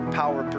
power